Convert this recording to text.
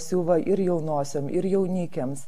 siuva ir jaunosiom ir jaunikiams